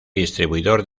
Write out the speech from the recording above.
distribuidor